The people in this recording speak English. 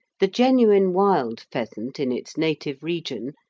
the genuine wild pheasant in its native region,